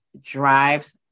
drives